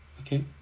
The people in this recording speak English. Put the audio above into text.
Okay